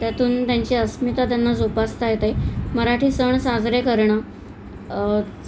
त्यातून त्यांची अस्मिता त्यांना जोपासता येते मराठी सण साजरे करणं